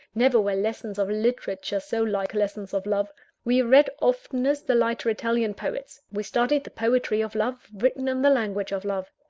never were lessons of literature so like lessons of love we read oftenest the lighter italian poets we studied the poetry of love, written in the language of love.